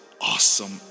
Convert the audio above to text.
awesome